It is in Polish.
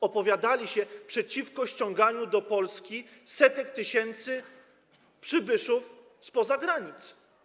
Opowiadali się przeciwko ściąganiu do Polski setek tysięcy przybyszów spoza jej granic.